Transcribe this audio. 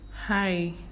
hi